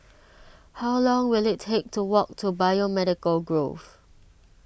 how long will it take to walk to Biomedical Grove